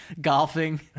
Golfing